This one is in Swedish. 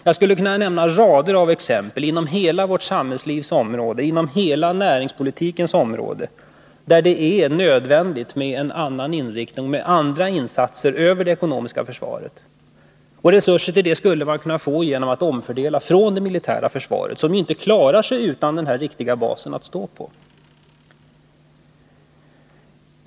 Jag skulle kunna nämna rader av exempel inom hela vårt samhällsliv och inom hela näringspolitikens område där det är nödvändigt med en annan inriktning av och med insatser utöver det ekonomiska försvaret. Resurser till det skulle man kunna få genom att omfördela från det militära försvaret, som inte klarar sig utan den här viktiga basen att stå på.